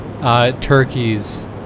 turkeys